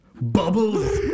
bubbles